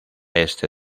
este